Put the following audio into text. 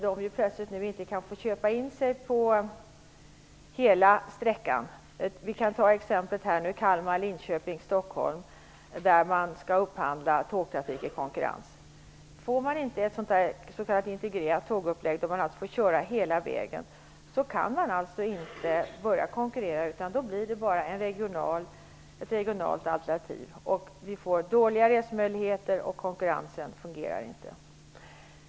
Men plötsligt kan de inte få köpa in sig på hela sträckan - t.ex. sträckan Kalmar-Linköping Får man inte ett s.k. integrerat tågupplägg, innebärande att man får köra hela vägen, kan man alltså inte börja konkurrera. Då blir det bara ett regionalt alternativ. Vi får dåliga resmöjligheter, och konkurrensen fungerar inte.